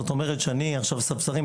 כשמדובר בספסרים,